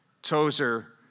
Tozer